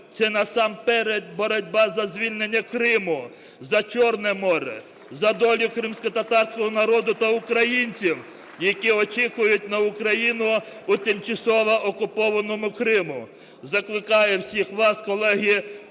це насамперед боротьба за звільнення Криму, за Чорне море, (оплески) за долю кримськотатарського народу та українців, які очікують на Україну в тимчасово окупованому Криму. Закликаю всіх вас, колеги,